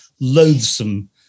loathsome